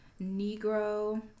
Negro